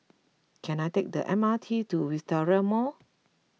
can I take the M R T to Wisteria Mall